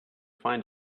find